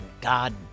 God